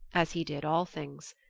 as he did all things.